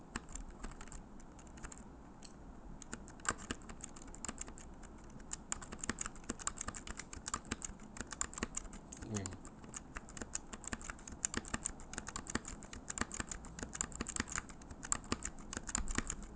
mm